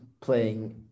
playing